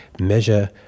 measure